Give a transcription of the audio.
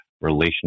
relationship